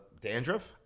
dandruff